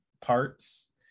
parts